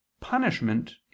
punishment